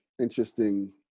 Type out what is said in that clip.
interesting